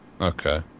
okay